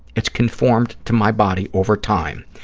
it's conformed to my body over time.